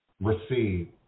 receive